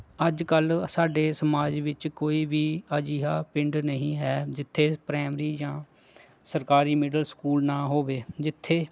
ਅੱਜ ਕੱਲ੍ਹ ਸਾਡੇ ਸਮਾਜ ਵਿੱਚ ਕੋਈ ਵੀ ਅਜਿਹਾ ਪਿੰਡ ਨਹੀਂ ਹੈ ਜਿੱਥੇ ਪ੍ਰਾਇਮਰੀ ਜਾਂ ਸਰਕਾਰੀ ਮਿਡਲ ਸਕੂਲ ਨਾ ਹੋਵੇ ਜਿੱਥੇ